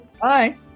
Bye